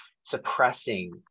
suppressing